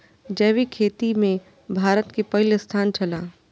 जैविक खेती में भारत के पहिल स्थान छला